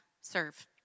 serve